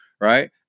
Right